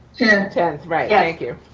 and tenth, right. yeah thank you.